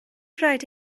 raid